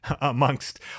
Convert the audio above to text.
amongst